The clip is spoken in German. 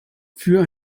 für